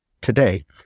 today